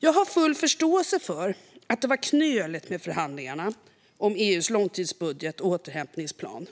Jag har full förståelse för att det var knöligt med förhandlingarna om EU:s långtidsbudget och återhämtningsplan.